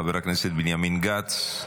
חבר הכנסת בנימין גנץ,